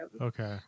Okay